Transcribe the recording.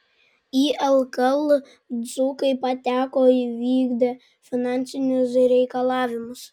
į lkl dzūkai pateko įvykdę finansinius reikalavimus